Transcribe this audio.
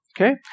Okay